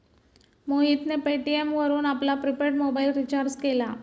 मोहितने पेटीएम वरून आपला प्रिपेड मोबाइल रिचार्ज केला